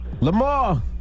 Lamar